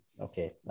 Okay